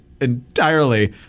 entirely